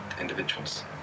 individuals